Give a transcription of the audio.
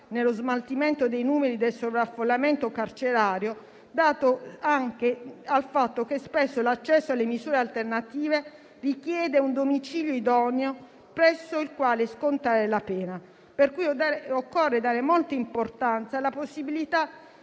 nello smaltimento dei numeri del sovraffollamento carcerario, dato anche dal fatto che spesso l'accesso alle misure alternative richiede un domicilio idoneo presso il quale scontare la pena. Per cui occorre dare molta importanza alla possibilità